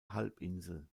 halbinsel